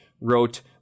wrote